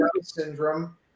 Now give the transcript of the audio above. syndrome